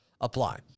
apply